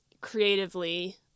creatively